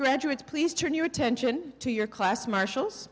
graduates please turn your attention to your class marshals